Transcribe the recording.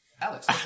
Alex